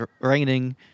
raining